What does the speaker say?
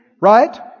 Right